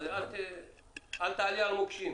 אז אל תעלי על מוקשים.